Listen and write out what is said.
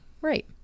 right